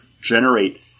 generate